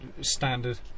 standard